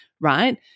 right